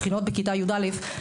הבחינות בכיתה י"א,